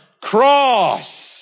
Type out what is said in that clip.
cross